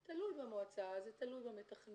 זה תלוי במועצה, זה תלוי במתכנן.